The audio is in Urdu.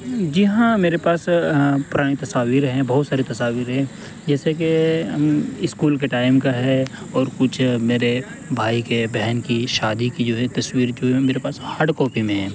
جی ہاں میرے پاس پرانی تصاویر ہیں بہت ساری تصاویر ہیں جیسے کہ اسکول کے ٹائم کا ہے اور کچھ میرے بھائی کے بہن کی شادی کی جو ہے تصویر جو ہے میرے پاس ہارڈ کاپی میں ہیں